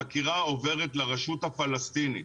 החקירה עוברת לרשות הפלסטינית.